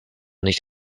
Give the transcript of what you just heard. nicht